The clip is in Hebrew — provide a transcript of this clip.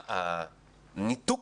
הניתוק